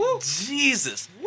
Jesus